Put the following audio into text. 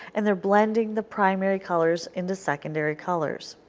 and they are blending the primary colors into secondary colors.